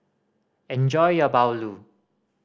enjoy your bahulu